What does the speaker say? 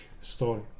story